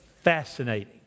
fascinating